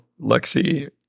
Lexi